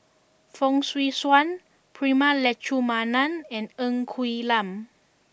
Fong Swee Suan Prema Letchumanan and Ng Quee Lam